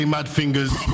Madfingers